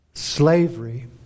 Slavery